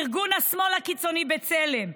ארגון השמאל הקיצוני בצלם,